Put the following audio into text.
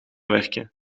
werken